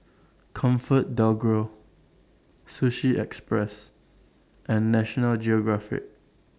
ComfortDelGro Sushi Express and National Geographic